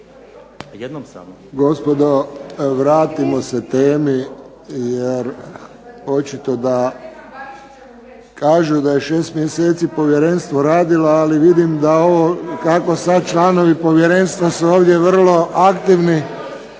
Gospodo, vratimo se temi jer očito da. Kažu da je 6 mjeseci povjerenstvo radilo, ali vidim da ovo kako sad članovi povjerenstva su ovdje vrlo aktivni,